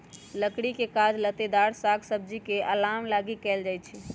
लकड़ी के काज लत्तेदार साग सब्जी के अलाम लागी कएल जाइ छइ